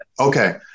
Okay